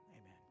Amen